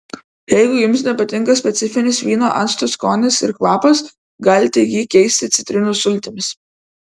jeigu jums nepatinka specifinis vyno acto skonis ir kvapas galite jį keisti citrinų sultimis